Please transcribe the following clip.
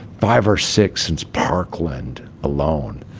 five or six since parkland alone.